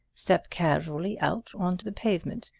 step casually out on to the pavement.